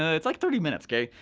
it's like thirty minutes, okay?